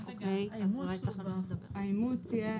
האימוץ,